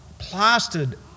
plastered